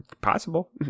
possible